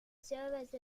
serve